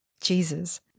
Jesus